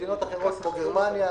כמו גרמניה,